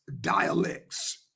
dialects